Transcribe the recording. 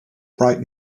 bright